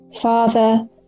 father